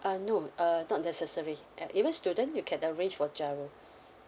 uh no uh not necessary and even student you can arrange for GIRO